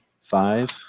five